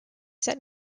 set